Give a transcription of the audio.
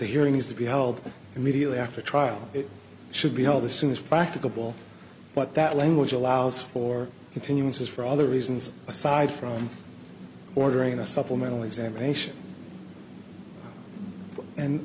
the hearing has to be held immediately after a trial it should be held as soon as practicable but that language allows for continuances for other reasons aside from ordering a supplemental examination and